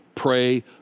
Pray